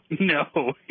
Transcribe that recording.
no